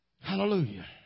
Hallelujah